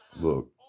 look